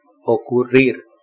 ocurrir